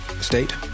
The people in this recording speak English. state